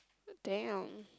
damn